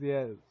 Yes